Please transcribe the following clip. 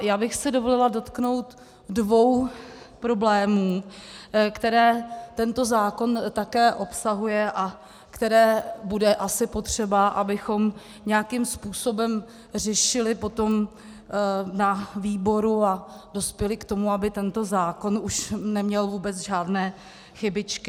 Já bych si dovolila dotknout dvou problémů, které tento zákon také obsahuje a které bude asi potřeba, abychom nějakým způsobem řešili potom na výboru a dospěli k tomu, aby tento zákon už neměl vůbec žádné chybičky.